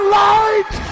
light